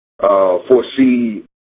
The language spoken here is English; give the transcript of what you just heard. foresee